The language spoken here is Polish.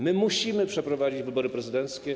My musimy przeprowadzić wybory prezydenckie.